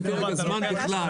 אין כמובן זמן בכלל.